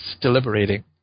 deliberating